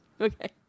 Okay